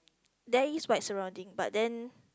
there is white surrounding but then